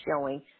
showing